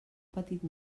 petit